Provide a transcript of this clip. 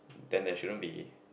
then there shouldn't be